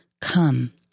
Come